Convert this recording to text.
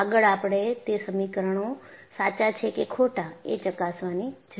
આગળ આપણે તે સમીકરણો સાચા છે કે ખોટા એ ચકાસવાની જરૂર છે